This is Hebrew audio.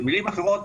במילים אחרות,